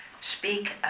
Speak